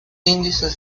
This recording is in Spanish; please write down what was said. índices